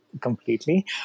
completely